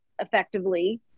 effectively